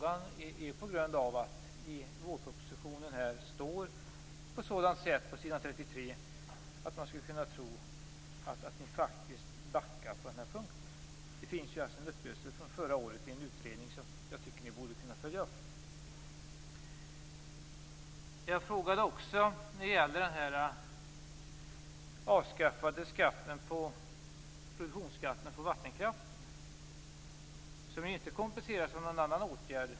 Anledningen till att jag ställer frågan är att det som står på s. 33 i vårpropositionen gör att man kan tro att ni faktiskt backar på den här punkten. Det finns en uppgörelse från förra året i en utredning som ni borde kunna följa upp. En annan fråga gällde den avskaffade produktionsskatten på vattenkraft, som från miljösynpunkt och hushållningssynpunkt inte kompenseras av någon annan åtgärd.